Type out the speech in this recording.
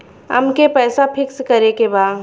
अमके पैसा फिक्स करे के बा?